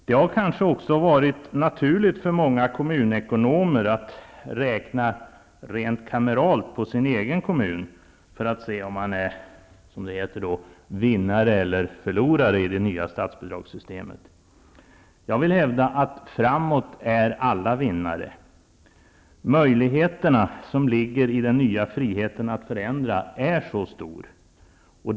Det har kanske också varit naturligt för många kommunekonomer att räkna rent kameralt på sin egen kommun för att se om man är vinnare eller förlorare, som det heter, i det nya statsbidragsystemet. Jag vill hävda att alla är vinnare, om man ser framåt. De möjligheter som ligger i den nya friheten att förändra är stora.